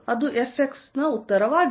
ಅದು Fx ಗೆ ಉತ್ತರವಾಗಿದೆ